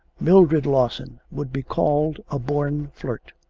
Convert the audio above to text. mildred lawson would be called a born flirt.